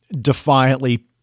defiantly